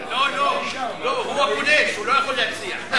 לא, הוא הפולש, הוא לא יכול להציע.